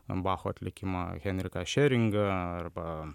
bacho atlikimą henriką šeringą arba